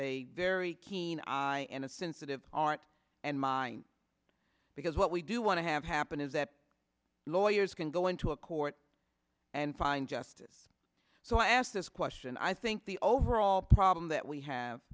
a very keen eye and a sensitive aren't and mine because what we do want to have happen is that lawyers can go into a court and find justice so i ask this question i think the overall problem that we have